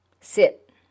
sit